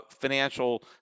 financial